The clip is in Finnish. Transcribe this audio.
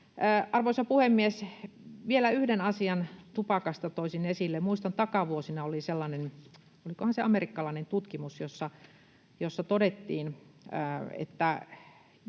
Arvoisa puhemies! Vielä yhden asian tupakasta toisin esille. Muistan, että takavuosina oli sellainen, olikohan se amerikkalainen tutkimus, jossa todettiin, että